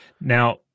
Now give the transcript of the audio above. Now